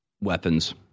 weapons